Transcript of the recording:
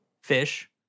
fish